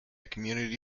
community